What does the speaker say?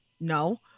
No